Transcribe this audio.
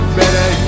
better